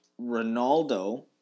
Ronaldo